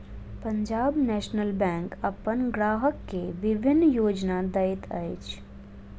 Punjab national bank अपन ग्राहक के विभिन्न योजना दैत अछि